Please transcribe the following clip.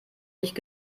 nicht